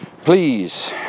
please